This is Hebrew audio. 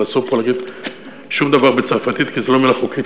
אבל אסור להגיד פה שום דבר בצרפתית כי זה לא ממלכתי,